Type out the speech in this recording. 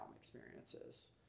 experiences